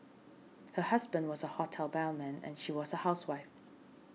her husband was a hotel bellman and she was a housewife